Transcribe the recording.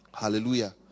Hallelujah